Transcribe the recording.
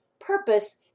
purpose